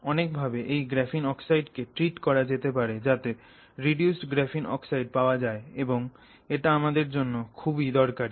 অনেক ভাবে এই গ্রাফিন অক্সাইড কে ট্রিট করা যেতে পারে যাতে রিডিউসড গ্রাফিন অক্সাইড পাওয়া যায় এবং এটা আমাদের জন্য খুবই দরকারি